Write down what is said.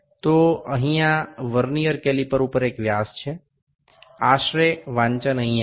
તો અહીંયા vernier calliper ઉપર એક વ્યાસ છે આશરે વાંચન અહીંયા છે